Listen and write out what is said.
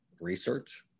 Research